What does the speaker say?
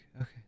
Okay